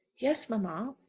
yes, mamma.